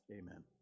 Amen